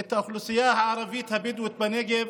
את האוכלוסייה הערבית הבדואית בנגב.